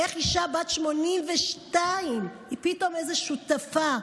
איך אישה בת 82 היא פתאום איזה שותפה?